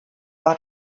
war